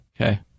Okay